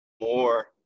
more